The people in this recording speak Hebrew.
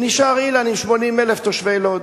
ונשאר אילן עם 80,000 תושבי לוד.